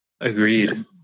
Agreed